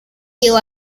llevó